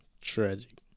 Tragic